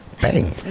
Bang